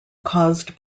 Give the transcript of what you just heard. caused